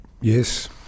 yes